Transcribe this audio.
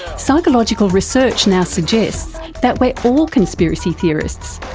psychological research now suggests that we're all conspiracy theorists,